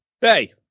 Hey